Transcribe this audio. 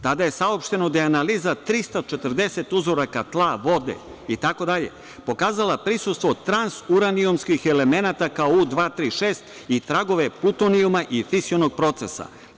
Tada je saopšteno da je analiza 340 uzoraka tla vode itd. pokazala prisustvo trans uranijumskih elemenata U236 i tragove plutonijuma i fisionog procesa.